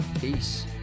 Peace